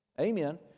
amen